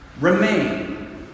remain